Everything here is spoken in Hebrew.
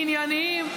ענייניים,